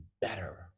better